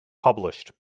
published